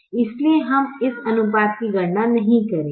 इसलिए हम इस अनुपात की गणना नहीं करेंगे